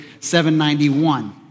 791